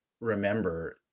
remember